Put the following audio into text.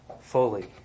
fully